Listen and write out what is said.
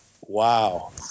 wow